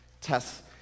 Tests